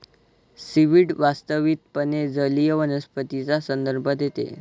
seaweed वास्तविकपणे जलीय वनस्पतींचा संदर्भ देते